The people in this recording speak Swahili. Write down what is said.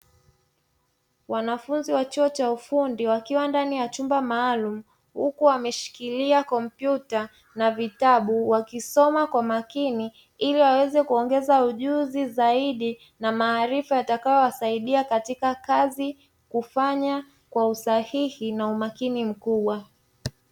Wanafunzi wa chuo cha ufundi wakiwa ndani ya chumba maalumu, huku wameshikilia kompyuta na vitabu wakisoma kwa makini ili waweze kuongeza ujuzi zaidi na maarifa yatakayo wasaidia katika kazi kufanya kwa usahihi na umakini mkubwa.